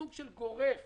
סוג של פטור גורף